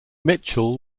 mitchell